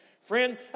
Friend